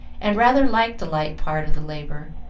and rather liked the light part of the labor.